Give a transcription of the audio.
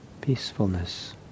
peacefulness